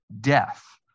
Death